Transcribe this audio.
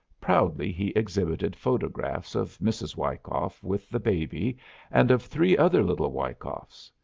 proudly he exhibited photographs of mrs. wyckoff with the baby and of three other little wyckoffs.